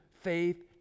faith